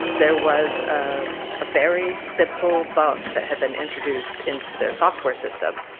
there was a very simple bug that had been introduced into their software system.